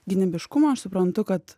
gynybiškumą aš suprantu kad